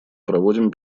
проводим